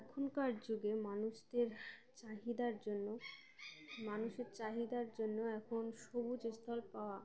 এখনকার যুগে মানুষদের চাহিদার জন্য মানুষের চাহিদার জন্য এখন সবুজ স্থল পাওয়া